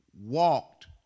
walked